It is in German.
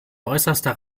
äußerster